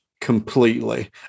completely